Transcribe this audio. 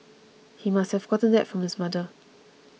he must have got that from his mother